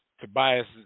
Tobias